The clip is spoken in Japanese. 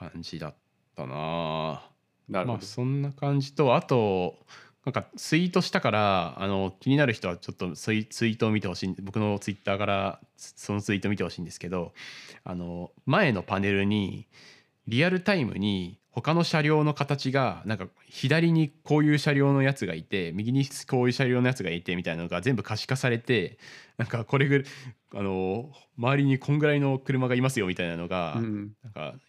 感じだったなあ。なるほど。まあ、そんな感じと、あと、なんかツイートしたから、あの、気になる人はちょっとツイ- ツイートを見てほしいん- 僕のツイッターからそのツイート見てほしいんですけど、あの、前のパネルにリアルタイムに他の車両の形が、なんか左にこういう車両のやつがいて、右にこういう車両のやつがいてみたいなのが全部可視化されて、なんかこれぐ- あの、周りにこんぐらいの車がいますよみたいなのが、うん。なんか